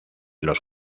los